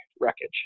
wreckage